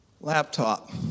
laptop